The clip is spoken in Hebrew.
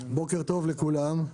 בוקר טוב לכולם,